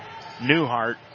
Newhart